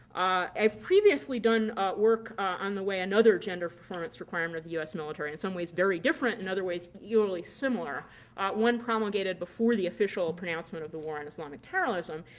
i've previously done work on the way another gender performance requirement of the us military in some ways very different in other ways yeah eerily similar when promulgated before the official pronouncement of the war on islamic terrorism.